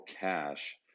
cash